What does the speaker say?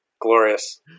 Glorious